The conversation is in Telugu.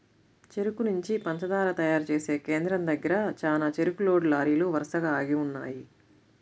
చెరుకు నుంచి పంచదార తయారు చేసే కేంద్రం దగ్గర చానా చెరుకు లోడ్ లారీలు వరసగా ఆగి ఉన్నయ్యి